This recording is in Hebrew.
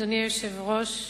אדוני היושב-ראש,